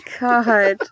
god